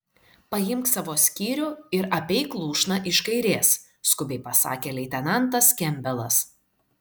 paimk savo skyrių ir apeik lūšną iš kairės skubiai pasakė leitenantas kempbelas